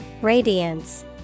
Radiance